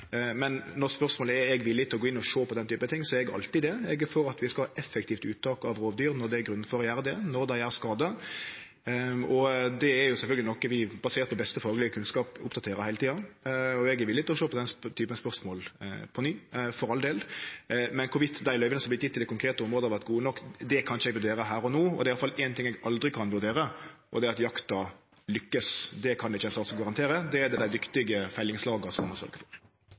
men når spørsmålet er om eg er villig til å gå inn og sjå på den typen ting, er eg alltid det. Eg er for at vi skal ha eit effektivt uttak av rovdyr når det er grunn til å gjere det, og når dei gjer skade. Det er sjølvsagt noko vi baserer på beste faglege kunnskap og oppdaterer heile tida. Eg er villig til å sjå på den typen spørsmål på ny, for all del, men om dei løyva som vert gjevne i dei konkrete områda, har vore gode nok, kan eg ikkje vurdere her og no. Det er i alle fall éin ting eg aldri kan vurdere, det er om jakta lukkast, det kan ikkje ein statsråd garantere, det er det dei dyktige fellingslaga som sørgjer for.